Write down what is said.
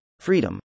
freedom